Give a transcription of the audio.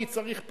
אני צריך פה,